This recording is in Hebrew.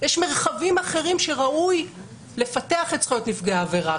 יש מרחבים אחרים שראוי לפתח את זכויות נפגעי העבירה,